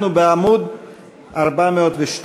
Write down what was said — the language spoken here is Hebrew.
אנחנו בעמוד 402,